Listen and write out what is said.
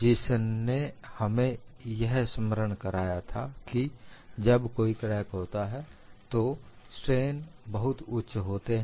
जिसने हमें यह स्मरण कराया था कि जब कोई क्रेक होता है तो स्ट्रेन बहुत उच्च होते हैं